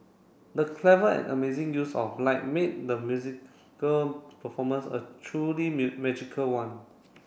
the clever and amazing use of light made the musical performance a truly magical one